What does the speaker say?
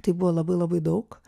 tai buvo labai labai daug